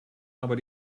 aber